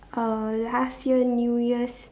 uh last year new year's